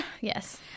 Yes